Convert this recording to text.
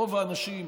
רוב האנשים,